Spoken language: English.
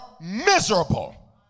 miserable